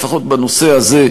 לפחות בנושא הזה,